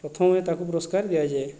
ପ୍ରଥମ ହୁଏ ତାକୁ ପୁରଷ୍କାର ଦିଆଯାଏ